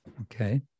Okay